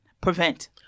prevent